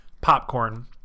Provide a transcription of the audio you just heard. popcorn